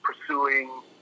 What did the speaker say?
pursuing